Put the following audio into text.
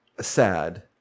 sad